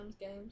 games